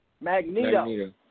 Magneto